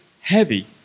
heavy